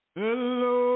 hello